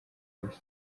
nzu